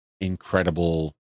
incredible